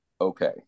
okay